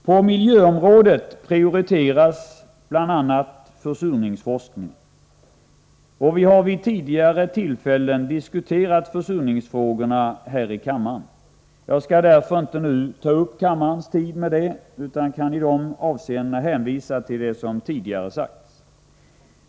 På miljöområdet prioriteras bl.a. försurningsforskning. Vi har vid tidigare tillfällen här i kammaren diskuterat försurningsfrågorna. Jag skall därför inte nu ta upp kammarens tid med dem utan kan i det avseendet hänvisa till vad som tidigare sagts.